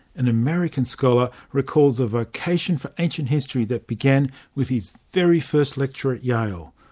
an american scholar recalls a vocation for ancient history that began with his very first lecture at yale,